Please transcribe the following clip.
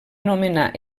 anomenar